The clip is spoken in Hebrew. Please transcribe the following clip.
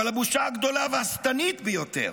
אבל הבושה הגדולה והשטנית ביותר